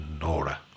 Nora